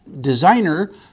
designer